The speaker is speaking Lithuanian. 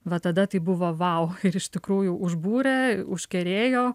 va tada tai buvo vau iš tikrųjų užbūrė užkerėjo